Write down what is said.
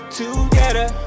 together